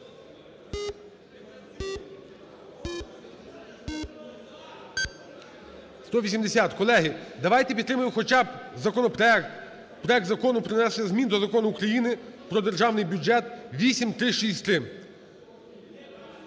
За-180 Колеги, давайте підтримаємо хоча б законопроект – проект Закону про внесення змін до Закону України "Про Державний бюджет…" (8363).